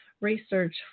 research